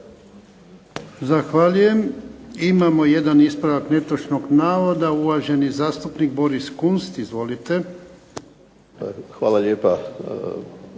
Zahvaljujem. Imamo jedan ispravak netočnog navoda, uvaženi zastupnik Boris Kunst. Izvolite. **Kunst,